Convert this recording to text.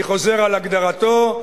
אני חוזר על הגדרתו,